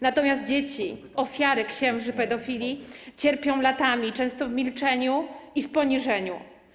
Natomiast dzieci, ofiary księży pedofilów cierpią latami, często w milczeniu i poniżeniu.